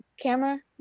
camera